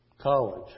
college